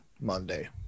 Monday